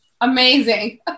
amazing